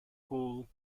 haul